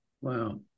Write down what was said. Wow